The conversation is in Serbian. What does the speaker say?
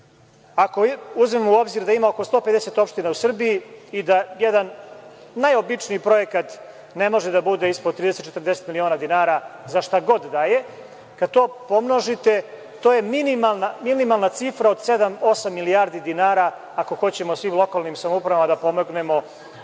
uzmemo u obzir da imamo ima oko 150 opština u Srbiji i da jedan najobičniji projekat ne može da bude ispod 30, 40 miliona dinara, za šta god da je, kada to pomnožite, to je minimalna cifra od 7,8 milijardi dinara, ako hoćemo svim lokalnim samoupravama da pomognemo